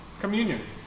communion